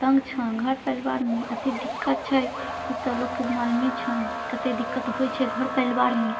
तङ्ग छनि घर परिवारमे अतेक दिक्कत छै ई तऽ लोककेँ मालूमे छनि कतेक दिक्कत होइ छै घर परिवारमे